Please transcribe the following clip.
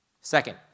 Second